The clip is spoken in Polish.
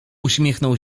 uśmiechnął